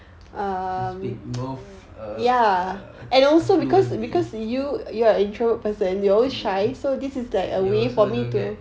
to speak more err err fluently mm you also don't get